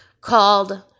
called